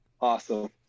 Awesome